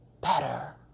better